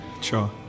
sure